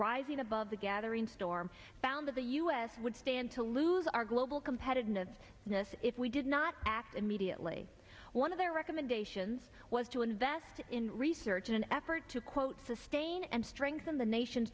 rising above the gathering storm found that the us would stand to lose our global competitiveness if we did not act immediately one of their recommendations was to invest in research in an effort to quote sustain and strengthen the nation